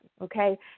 okay